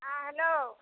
हँ हेलो